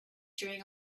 during